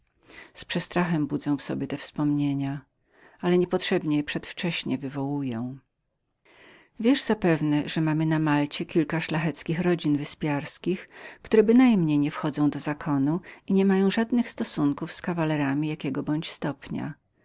z przestrachem budzę w sobie te wspomnienia ale niepotrzebnie przedwcześnie je wywołuję wiesz zapewne że mamy na malcie kilka szlacheckich rodzin wyspiarskich które bynajmniej nie wchodzą do zakonu i nie mają żadnych stosunków z kawalerami jakiego bądź stopnia